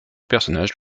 personnage